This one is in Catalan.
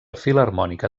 filharmònica